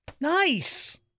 nice